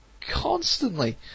Constantly